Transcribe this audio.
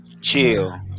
Chill